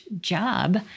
job